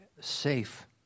safe